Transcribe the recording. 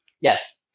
Yes